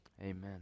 amen